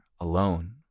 alone